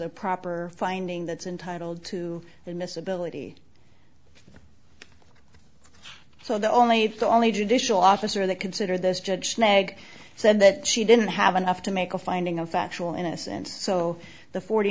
a proper finding that's intitled to the miss ability so the only the only judicial officer that consider this judge leg said that she didn't have enough to make a finding of factual innocence so the forty